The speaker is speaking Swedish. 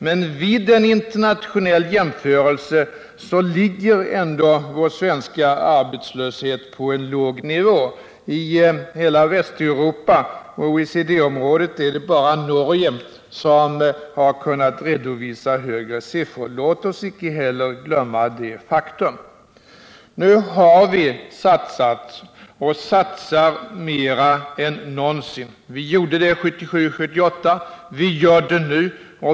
Men vid en internationell jämförelse ligger den svenska arbetslösheten på en låg nivå. I hela Västeuropa, i OECD-området, är det bara Norge som har kunnat redovisa lägre siffror. Låt oss icke heller glömma detta faktum. Vi har satsat och satsar nu mer än någonsin på sysselsättningen. Vi gjorde det 1977/78. Vi gör det nu.